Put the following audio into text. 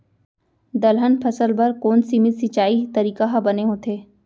दलहन फसल बर कोन सीमित सिंचाई तरीका ह बने होथे?